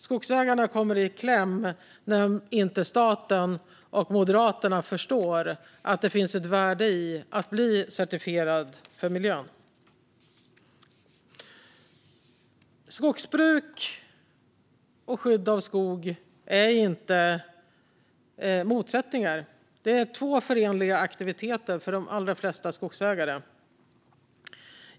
Skogsägarna kommer i kläm när staten och Moderaterna inte förstår att det finns ett värde i att bli certifierad för miljön. Skogsbruk och skydd av skog är inte motsättningar. Det är två förenliga aktiviteter för de allra flesta skogsägare.